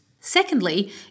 Secondly